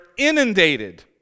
inundated